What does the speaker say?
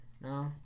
No